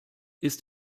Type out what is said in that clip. ist